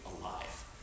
alive